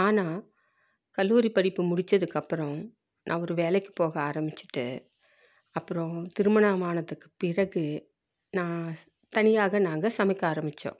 ஆனால் கல்லூரி படிப்பு முடித்ததுக்கு அப்புறம் நான் ஒரு வேலைக்குப் போக ஆரம்மிச்சிட்ட அப்புறம் திருமணம் ஆனதுக்கு பிறகு நான் தனியாக நாங்கள் சமைக்க ஆரம்மிச்சோம்